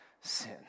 sin